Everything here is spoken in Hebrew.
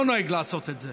אני לא נוהג לעשות את זה.